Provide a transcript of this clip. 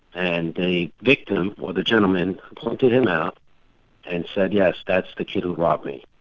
and the victim or the gentleman pointed him out and said yes, that's the kid who robbed me.